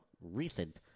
recent